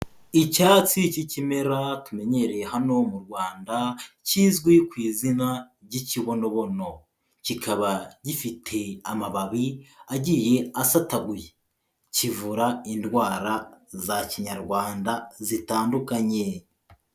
Icyatsi cy'ikimera tumenyereye hano mu Rwanda, kizwi ku izina ry'ikibonobono, kikaba gifite amababi agiye asataguye, kivura indwara za kinyarwanda zitandukanye.